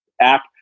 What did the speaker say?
app